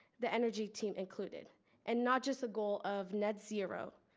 the energy team included and not just a goal of net zero,